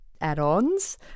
add-ons